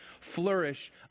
flourish